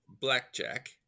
blackjack